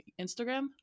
Instagram